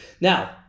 Now